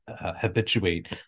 habituate